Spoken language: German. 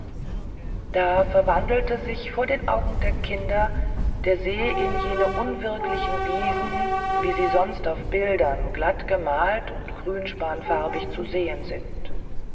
da verwandelte sich vor den augen der kinder der see in jene unwirklichen wiesen wie sie sonst auf bildern glatt gemalt und grünspanfarbig zu sehen sind